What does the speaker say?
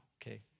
okay